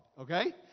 Okay